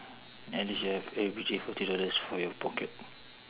unless you have forty dollars for your pocket